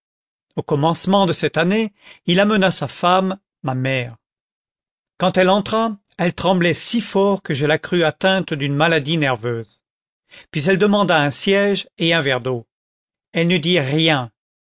au commencement de cette année il amena sa femme ma mère quand elle entra elle tremblait si fort que je la crus atteinte d'une maladie nerveuse puis elle demanda un siège et un verre d'eau elle ne dit rien